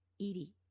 Edie